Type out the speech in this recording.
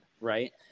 right